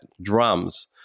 drums